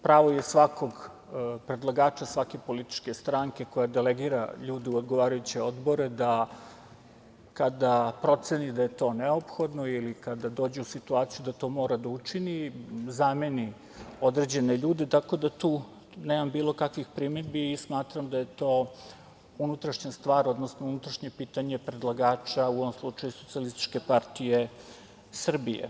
Pravo je svakog predlagača, svake političke stranke koja delegira ljude u odgovarajuće odbore, da kada proceni da je to neophodno ili kada dođu u situaciju da to mora da učini, zameni određene ljude, tako da tu nemam bilo kakvih primedbi i smatram da je to unutrašnja stvar, odnosno unutrašnje pitanje predlagača, u ovom slučaju SPS.